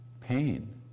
pain